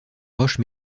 roches